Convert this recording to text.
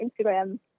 Instagram